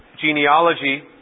genealogy